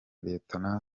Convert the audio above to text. rtd